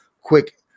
quick